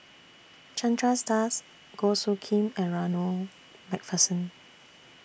Chandras Das Goh Soo Khim and Ronald MacPherson